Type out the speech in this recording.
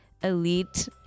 elite